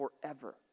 forever